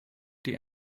die